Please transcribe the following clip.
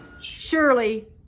Surely